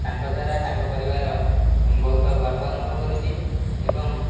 ତାଙ୍କଦ୍ୱାରା ତାଙ୍କ ପରିବାର ବହୁତ ଗର୍ବ ଅନୁଭବ କରୁଛି ଏବଂ